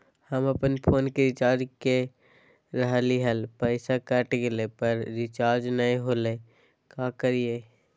हम अपन फोन के रिचार्ज के रहलिय हल, पैसा कट गेलई, पर रिचार्ज नई होलई, का करियई?